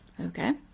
okay